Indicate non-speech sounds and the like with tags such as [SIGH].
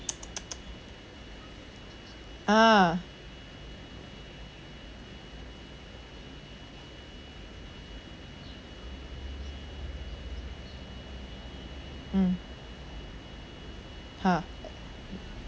[NOISE] ah mm ha